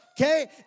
Okay